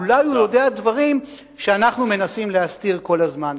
אולי הוא יודע דברים שאנחנו מנסים להסתיר כל הזמן.